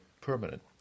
permanent